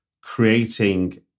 creating